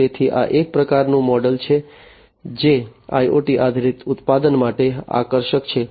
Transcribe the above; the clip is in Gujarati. તેથી આ એક પ્રકારનું મોડેલ છે જે IoT આધારિત ઉત્પાદનો માટે આકર્ષક છે